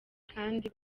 kandi